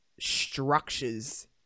structures